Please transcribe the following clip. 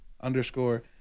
underscore